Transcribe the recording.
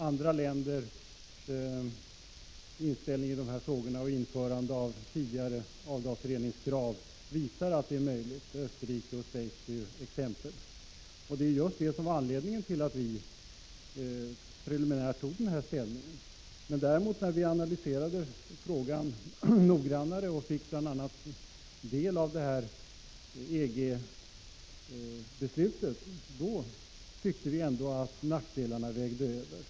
Andra länders inställning i dessa frågor och tidigare införande av avgasreningskrav visar att det är möjligt. Österrike och Schweiz är exempel på detta. Det är just det som var anledningen till vårt preliminära ställningstagande. Däremot när vi analyserade frågan noggrannare och fick del av bl.a. EG-beslutet tyckte vi ändå att nackdelarna vägde över.